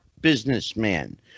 businessman